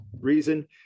reason